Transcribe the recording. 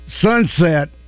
sunset